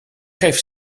geeft